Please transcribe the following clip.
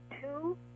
two